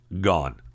gone